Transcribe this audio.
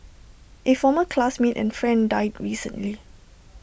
A former classmate and friend died recently